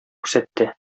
күрсәтте